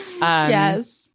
Yes